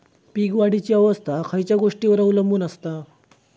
पीक वाढीची अवस्था खयच्या गोष्टींवर अवलंबून असता?